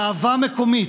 גאווה מקומית,